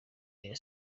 rayon